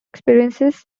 experiences